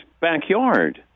backyard